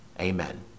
Amen